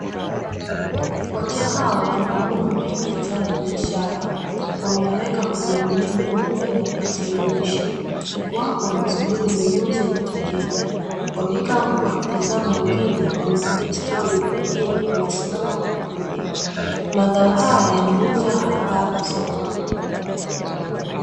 watu hawa wanamavuno mengi yazao la biashara wameyaweka kwenye maguni meupe na kuyasimamisha wapo wanasubiri mnunuzi ajitokeze. wamekaa huku wakitazama wengine wakipiga stori na wengine wamesimama kwa makundi, mazao haya yanauzwa hapa hapa sokoni.